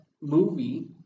movie